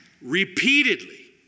repeatedly